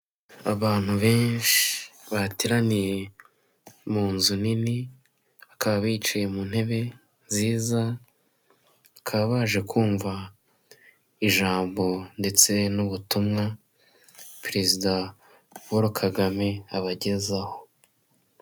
Abantu benshi bateraniye mu nzu nini bakaba bicaye mu ntebe nziza bakaba baje kumva ijambo ndetse n'ubutumwa perezida Paul Kagame abagezaho.